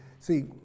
See